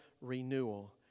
renewal